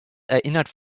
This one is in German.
erinnerte